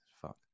Fuck